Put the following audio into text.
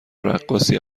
رقاصی